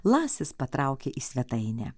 lasis patraukė į svetainę